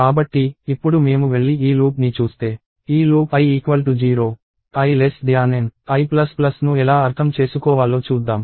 కాబట్టి ఇప్పుడు మేము వెళ్లి ఈ లూప్ని చూస్తే ఈ లూప్ i 0 i N iను ఎలా అర్థం చేసుకోవాలో చూద్దాం